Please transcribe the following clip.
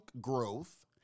growth